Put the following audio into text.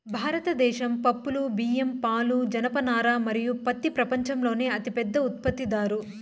భారతదేశం పప్పులు, బియ్యం, పాలు, జనపనార మరియు పత్తి ప్రపంచంలోనే అతిపెద్ద ఉత్పత్తిదారు